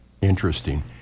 Interesting